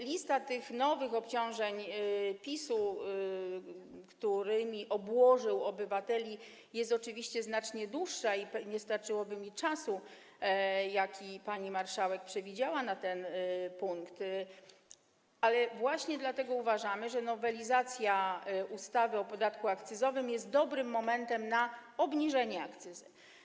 Lista nowych obciążeń PiS-u, którymi obłożył on obywateli, jest oczywiście znacznie dłuższa i nie starczyłoby mi na to czasu, jaki pani marszałek przewidziała na ten punkt, ale właśnie dlatego uważamy, że nowelizacja ustawy o podatku akcyzowym jest dobrym momentem na obniżenie akcyzy.